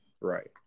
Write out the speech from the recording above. Right